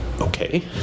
Okay